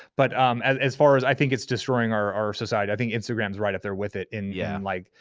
but um as as far as, i think it's destroying our our society. i think instagram's right up there with it in yeah like,